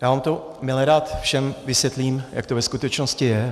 Já vám to milerád všem vysvětlím, jak to ve skutečnosti je.